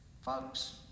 Folks